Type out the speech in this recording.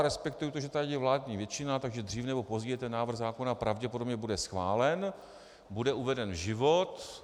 Respektuji, že tady není vládní většina, takže dříve nebo později návrh zákona pravděpodobně bude schválen, bude uveden v život.